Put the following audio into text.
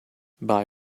bye